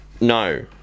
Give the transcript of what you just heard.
No